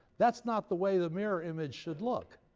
that's not the way the mirror image should look.